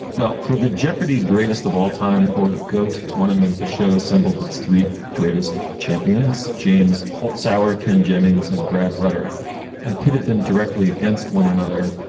well, for the jeopardy greatest of all time or go to tournament. the show assembled its three greatest champions, james holtz, our ken jennings and brad rutter and pitted them directly against one another.